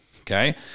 Okay